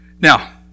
Now